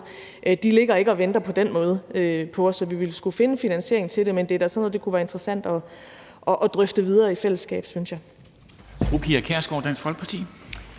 måde ligger og venter på os. Så vi ville skulle finde finansiering til det. Men det er da sådan noget, det kunne være interessant at drøfte videre i fællesskab, synes jeg.